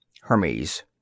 Hermes